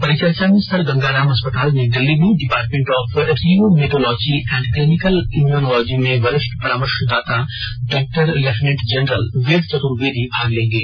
परिचर्चा में सर गंगा राम अस्पताल नई दिल्ली में department of rheumatology and clinical immunology में वरिष्ठ परामर्शदाता doctor lieutenant general Ved Chaturvedi भाग लेंगे